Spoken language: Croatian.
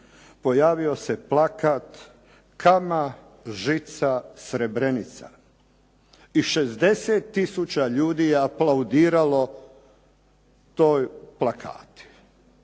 pojavio se plakat, kama žica Srebrenica. I 60 tisuća ljudi je aplaudiralo tom plakatu.